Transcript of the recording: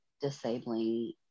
disabling